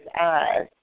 eyes